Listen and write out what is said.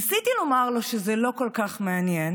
ניסיתי לומר לו שזה לא כל כך מעניין,